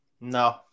No